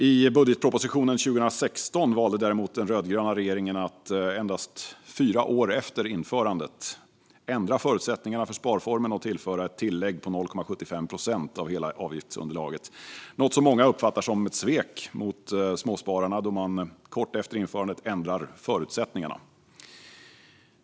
I budgetpropositionen för 2016 valde däremot den rödgröna regeringen att, endast fyra år efter införandet, ändra förutsättningarna för sparformen och tillföra ett tillägg på 0,75 procent av hela avgiftsunderlaget. Att så kort tid efter införandet ändra förutsättningarna var något som många uppfattade som ett svek mot småspararna.